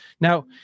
Now